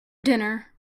dinner